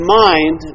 mind